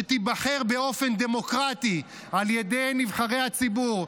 שתיבחר באופן דמוקרטי על ידי נבחרי הציבור,